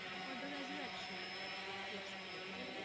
for the resurrection he explains.